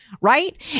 right